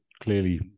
clearly